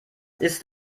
ist